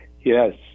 Yes